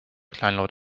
kleinlaut